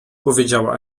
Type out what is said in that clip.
powiedziała